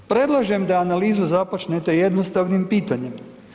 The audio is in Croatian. Predlažem da analizu započnete jednostavnim pitanjem.